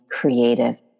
Creative